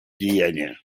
деяния